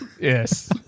Yes